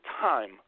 time